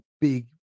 big